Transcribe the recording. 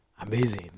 Amazing